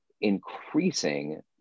increasing